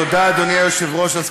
את אוהביו ושונא את